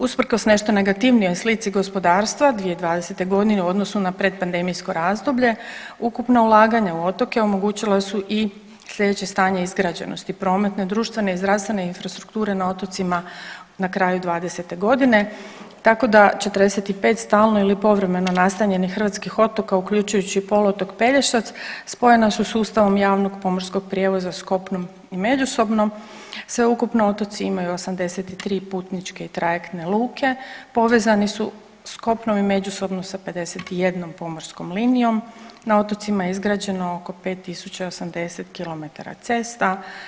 Usprkos nešto negativnoj slici gospodarstva 2020.g. u odnosu na pred pandemijsko razdoblje ukupna ulaganja u otoke omogućile su i sljedeće stanje izgrađenosti prometne, društvene i zdravstvene strukture na otocima na kraju '20.g. tako da 45 stalno ili povremeno nastanjene hrvatskih otoka uključujući i poluotok Pelješac spojena su sustavom javnog pomorskog prijevoza s kopnom međusobno sveukupno otoci imaju 83 putničke i trajektne luke, povezani su s kopnom i međusobno sa 51 pomorskom linijom, na otocima je izgrađeno oko 5,080 km cesta.